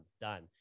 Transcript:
done